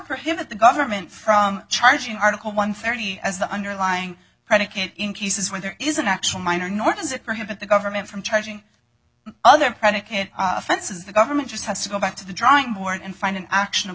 prohibit the government from charging article one thirty as the underlying predicate in cases where there is an actual minor nor does it prohibit the government from charging other predicate offenses the government just has to go back to the drawing board and find an action